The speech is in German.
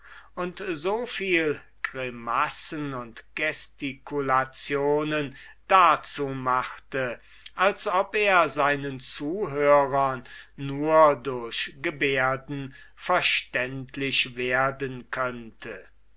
und so viel grimassen und gesticulationen dazu machte als ob er seinen zuhörern nur durch gebärden verständlich werden könnte